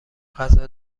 غذا